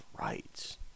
rights